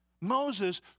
Moses